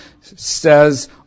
says